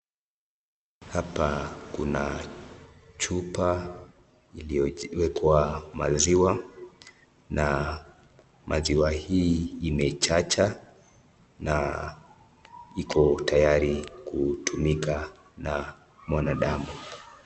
Hapa Kuna chupa iliyowekwa maziwa, na maziwa hii imechacha na iko tayari kutumika na mwanadamu.